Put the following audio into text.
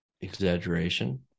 exaggeration